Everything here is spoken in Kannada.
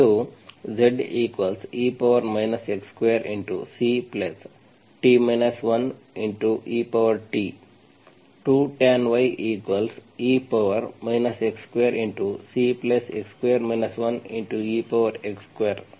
ಇದು Ze x2Ct 1et⇒2 tanye x2Cex2